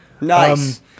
Nice